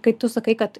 kai tu sakai kad